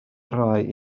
rai